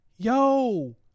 Yo